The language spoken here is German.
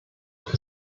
ist